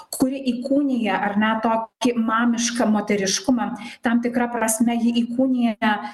kuri įkūnija ar ne tokį mamišką moteriškumą tam tikra prasme ji įkūnija